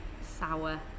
sour